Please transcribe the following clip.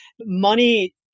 money